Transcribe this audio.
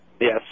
Yes